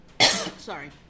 sorry